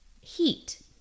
heat